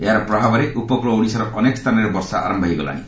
ଏହାର ପ୍ରଭାବରେ ଉପକୂଳ ଓଡ଼ିଶାର ଅନେକ ସ୍ଥାନରେ ବର୍ଷା ଆରମ୍ଭ ହୋଇଗଲାଣି